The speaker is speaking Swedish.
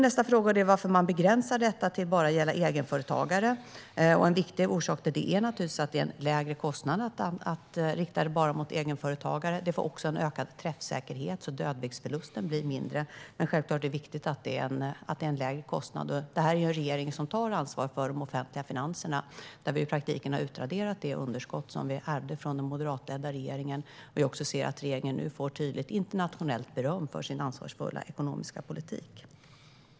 Nästa fråga var varför detta begränsas till att bara gälla egenföretagare. En viktig orsak till det är naturligtvis att det innebär en lägre kostnad att rikta det bara till egenföretagare. Det får också en ökad träffsäkerhet. Dödviktsförlusten blir därför mindre. Men självklart är det viktigt att det innebär en lägre kostnad, och vi är en regering som tar ansvar för de offentliga finanserna. I praktiken har vi utraderat det underskott som vi ärvde från den moderatledda regeringen. Regeringen får nu också ett tydligt internationellt beröm för sin ansvarsfulla ekonomiska politik.